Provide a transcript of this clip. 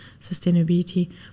sustainability